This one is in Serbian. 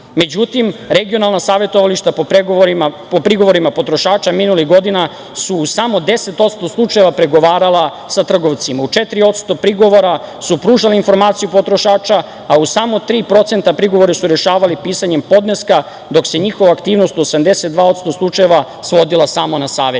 Međutim, regionalna savetovališta po prigovorima potrošača minulih godina su u samo 10% slučajeva pregovarala sa trgovcima. U 4% prigovora su pružane informacije potrošača, a u samo 3% prigovori su rešavani pisanjem podneska, dok se njihova aktivnost u 82% slučajeva svodila samo na savete. Zato